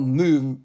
move